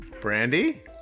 Brandy